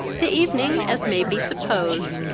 the evening, as may be supposed,